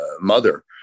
mother